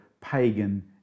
pagan